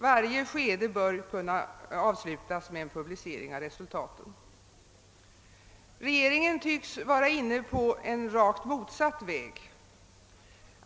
Varje skede bör kunna avslutas med en publicering av resultaten. Regeringen tycks vara inne på rakt motsatt väg.